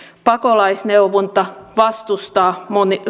pakolaisneuvonta vastustaa